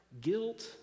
Guilt